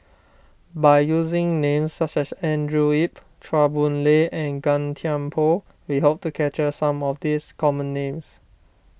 by using names such as Andrew Yip Chua Boon Lay and Gan Thiam Poh we hope to capture some of this common names